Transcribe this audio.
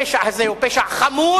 הפשע הזה הוא פשע חמור,